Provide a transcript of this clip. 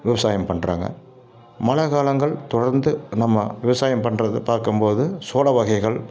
விவசாயம் பண்ணுறாங்க மழை காலங்கள் தொடர்ந்து நம்ம விவசாயம் பண்ணுறது பாக்கும்போது சோளம் வகைகள்